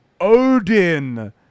Odin